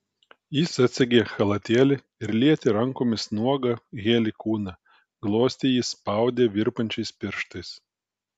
jis atsegė chalatėlį ir lietė rankomis nuogą heli kūną glostė jį spaudė virpančiais pirštais